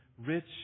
rich